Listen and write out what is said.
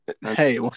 Hey